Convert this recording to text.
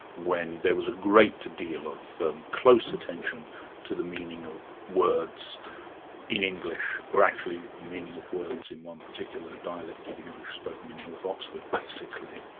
when there was a great deal of close attention to the meaning of words in english, or actually the meaning of words in one particular dialect of english spoken in north oxford, basically.